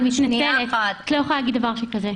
את לא יכולה להגיד דבר כזה.